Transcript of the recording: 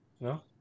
no